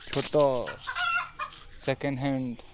ଛୋଟ second hand